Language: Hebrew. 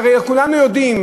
הרי כולנו יודעים